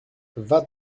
vas